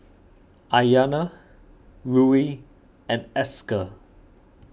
Ayanna Ruie and Esker